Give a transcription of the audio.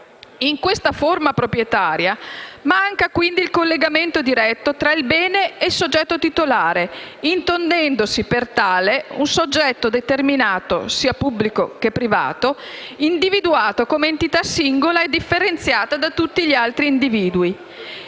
In questa forma proprietaria manca il collegamento diretto tra il bene e il soggetto titolare, intendendosi per tale un soggetto determinato, sia pubblico che privato, individuato come entità singola e differenziata da tutti gli altri individui.